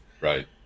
Right